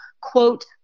quote